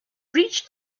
reached